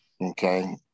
okay